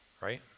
right